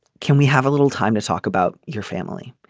can we have a little time to talk about your family.